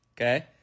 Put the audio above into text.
okay